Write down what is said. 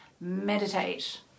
meditate